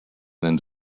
then